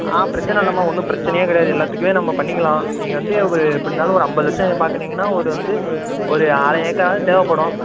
ஆ பிரச்சனை இல்லைம்மா ஒன்றும் பிரச்சனையே கிடையாது எல்லாத்துக்கும் நம்ம பண்ணிக்கலாம் நீங்கள் வந்து ஒரு எப்படி இருந்தாலும் ஒரு ஐம்பது லட்சம் பாக்கறீங்கனா உங்களுக்கு வந்து ஒரு அரை ஏக்கராவது தேவைப்படும்